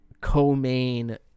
co-main